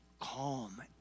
Calm